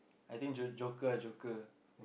I think think joke~ Joker ah Joker